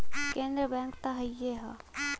केन्द्र बैंक त हइए हौ